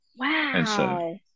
Wow